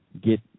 get